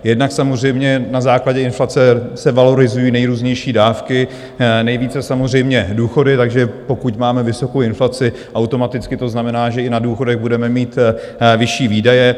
Jednak samozřejmě na základě inflace se valorizují nejrůznější dávky, nejvíce samozřejmě důchody, takže pokud máme vysokou inflaci, automaticky to znamená, že i na důchodech budeme mít vyšší výdaje.